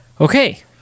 Okay